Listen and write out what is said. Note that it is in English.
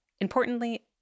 Importantly